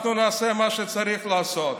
אנחנו נעשה מה שצריך לעשות.